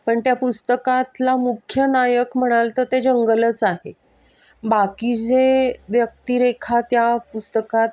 पण त्या पुस्तकातला मुख्य नायक म्हणाल तर ते जंगलच आहे बाकी जे व्यक्तिरेखा त्या पुस्तकात